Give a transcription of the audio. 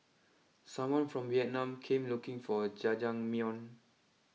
someone from Vietnam came looking for Jajangmyeon